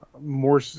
More